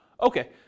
okay